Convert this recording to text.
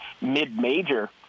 mid-major